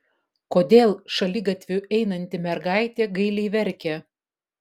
kodėl šaligatviu einanti mergaitė gailiai verkia